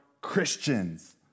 Christians